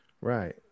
right